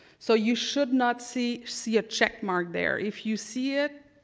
so you should not see see a check mark there. if you see it,